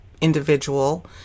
individual